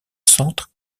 centre